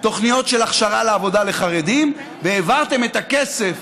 תוכניות של הכשרה לעבודה לחרדים, והעברתם את הכסף